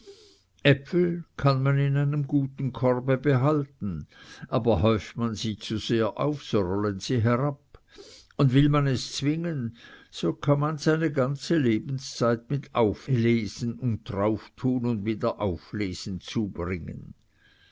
äpfel kann man in einem guten korbe behalten aber häuft man sie zu sehr auf so rollen sie herab und will man es zwingen so kann man seine ganze lebenszeit mit auflesen und drauftun und wieder auflesen zubringen